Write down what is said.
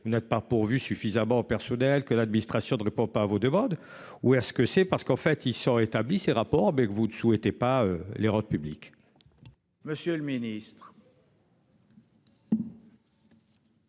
vous n'êtes pas pourvus suffisamment personnel que l'administration ne répond pas à vos demandes ou est-ce que c'est parce qu'en fait ils sont établis. Ses rapports avec vous ne souhaitez pas les Road'public. Monsieur le Ministre.